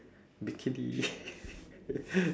bikini